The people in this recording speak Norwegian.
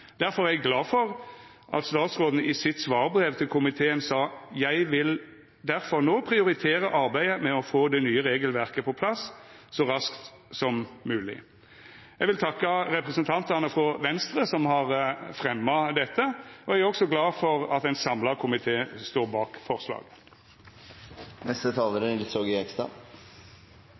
derfor nå prioritere arbeidet med å få det nye regelverket på plass så raskt som mulig.» Eg vil takka representantane frå Venstre som har fremja dette forslaget, og eg er også glad for at ein samla komité står bak forslaget. Dette er